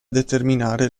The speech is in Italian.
determinare